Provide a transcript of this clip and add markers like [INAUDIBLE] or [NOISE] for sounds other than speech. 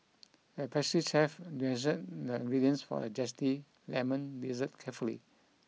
the pastry chef [UNINTELLIGIBLE] the ingredients for a zesty lemon dessert carefully